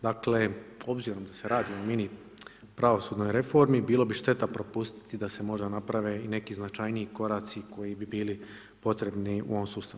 Dakle obzirom da se radi o mini pravosudnoj reformi, bilo bi šteta propustiti da se možda naprave i neki značajniji koraci koji bi bili potrebni u ovom sustavu.